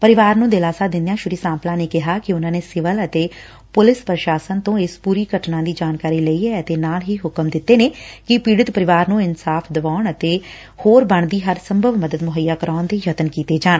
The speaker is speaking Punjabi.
ਪਰਿਵਾਰ ਨੂੰ ਦਿਲਾਸਾ ਦਿੰਦਿਆਂ ਸ੍ਰੀ ਸਾਂਪਲਾ ਨੇ ਕਿਹਾ ਕਿ ਉਨੂਾਂ ਨੇ ਸਿਵਲ ਅਤੇ ਪੁਲਿਸ ਪੁਸਾਸ਼ਨ ਤੋਂ ਇਸ ਪੁਰੀ ਘਟਨਾ ਦੀ ਜਾਣਕਾਰੀ ਲਈ ਐ ਅਤੇ ਨਾਲ ਹੀ ਹੁਕਮ ਦਿੱਤੇ ਨੇ ਕਿ ਪੀੜਤ ਪਰਿਵਾਰ ਨੂੰ ਇਨਸਾਫ਼ ਦਵਾਉਣ ਅਤੇ ਬਣਦੀ ਹਰ ਸੰਭਵ ਮਦਦ ਮੁਹੱਈਆ ਕਰਾਉਣ ਦੇ ਯਤਨ ਕੀਤੇ ਜਾਣ